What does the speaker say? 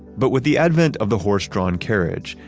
but with the advent of the horse-drawn carriage,